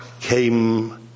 came